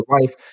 life